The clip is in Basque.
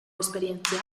esperientzia